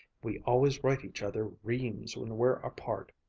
we always write each other reams when we're apart.